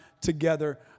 together